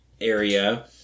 area